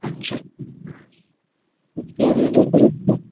अच्छा क्या रेट है सर इस पर